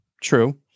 True